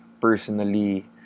personally